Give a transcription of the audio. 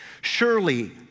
Surely